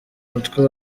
umutwe